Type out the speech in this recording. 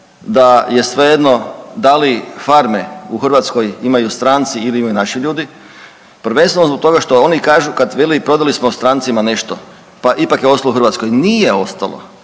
da je svejedno dali farme u Hrvatskoj imaju stranci ili imaju naši ljudi, prvenstveno zbog toga što oni kažu kad vele prodali smo strancima nešto pa ipak je ostalo u Hrvatskoj nešto, nije ostalo,